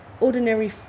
ordinary